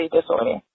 disorder